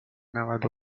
نود